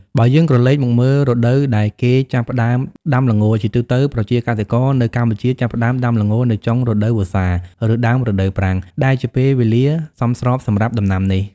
បើយើងក្រលេកមកមើលរដូវដែលគេចាប់ផ្តើមដាំល្ង ជាទូទៅ ប្រជាកសិករនៅកម្ពុជាចាប់ផ្ដើមដាំល្ងនៅចុងរដូវវស្សា ឬដើមរដូវប្រាំង ដែលជាពេលវេលាសមស្របសម្រាប់ដំណាំនេះ។